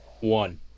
one